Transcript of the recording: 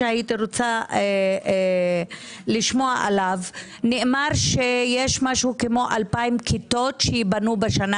שהייתי רוצה לשמוע עליו - נאמר שיש כאלפיים כיתות שייבנו בשנה